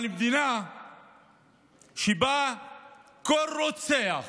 אבל מדינה שבה כל רוצח